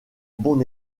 bon